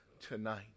tonight